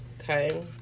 Okay